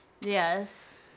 Yes